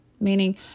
Meaning